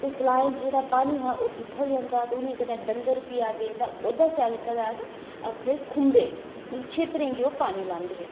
तलाएं च जेह्डा पानी हा ओह् किट्ठा होई जंदा ते उ'नें गी कदैं डंगर पिया दे ते ओह्दे च कदैं अस अपने खुंबे मतलब खेतर गी ओह् पानी लांदे हे